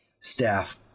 staff